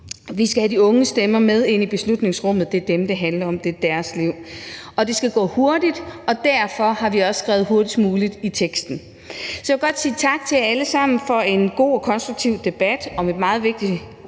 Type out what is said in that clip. Vi skal have de unge stemmer med ind i beslutningsrummet. Det er dem, det handler om, og det er deres liv. Og det skal gå hurtigt, og derfor har vi også skrevet hurtigst muligt i teksten. Så jeg vil godt sige tak til jer alle sammen for en god og konstruktiv debat om et meget vigtigt